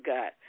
God